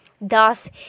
Thus